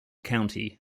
county